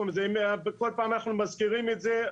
כל פעם אנחנו מזכירים את זה,